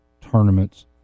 tournaments